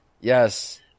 Yes